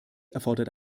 erfordert